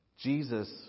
Jesus